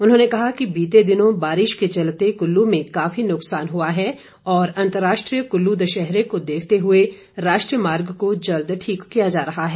उन्होंने कहा कि बीते दिनों बारिश के चलते कुल्लू में काफी नुकसान हुआ है और अंतर्राष्ट्रीय कल्लू दशहरे को देखते हुए राष्ट्रीय मार्ग को जल्द ठीक किया जा रहा है